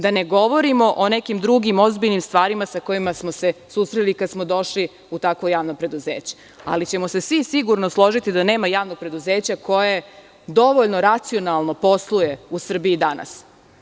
Da ne govorimo o nekim drugim ozbiljnim stvarima sa kojima smo se susreli kada smo došli u takvo javno preduzeće, ali ćemo se svi sigurno složiti da nema javnog preduzeća koje dovoljno racionalno posluje u Srbiji danas.